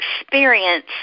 experience